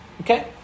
Okay